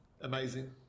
Amazing